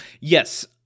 Yes